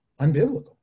unbiblical